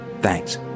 Thanks